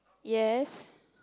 yes